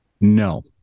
No